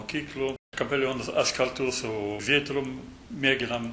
mokyklų kapelionas aš kartu su vitrum mėginam